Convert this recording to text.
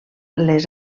les